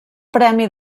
premi